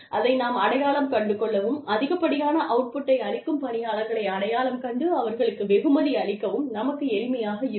அதை நாம் அடையாளம் கண்டு கொள்ளவும் அதிகப்படியான அவுட் புட்டை அளிக்கும் பணியாளர்களை அடையாளம் கண்டு அவர்களுக்கு வெகுமதி அளிக்கவும் நமக்கு எளிமையாக இருக்கும்